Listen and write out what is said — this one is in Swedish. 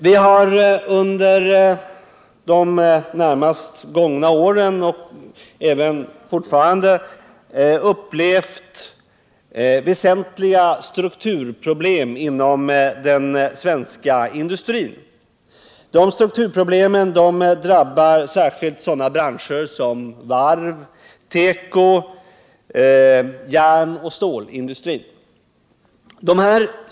Vi har under de närmast gångna åren upplevt, och vi upplever fortfarande, väsentliga strukturproblem inom den svenska industrin. De drabbar särskilt sådana branscher som varven, tekosamt järnoch stålindustrin.